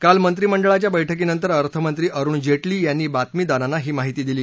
काल मंत्रिमंडळाच्या बैठकीनंतर अर्थमंत्री अरुण जेटली यांनी बातमीदारांना ही माहिती दिली